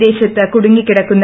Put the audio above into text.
വിദേശത്ത് കുടുങ്ങി കിടക്കുന്നു